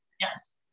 Yes